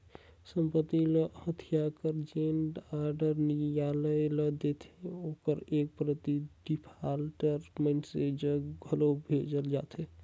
संपत्ति ल हथियाए कर जेन आडर नियालय ल देथे ओकर एक प्रति डिफाल्टर मइनसे जग घलो भेजल जाथे